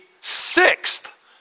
sixth